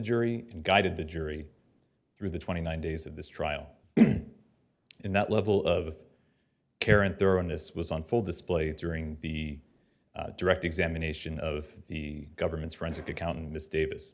and guided the jury through the twenty nine days of this trial in that level of care and there on this was on full display during the direct examination of the government's forensic accountant miss davis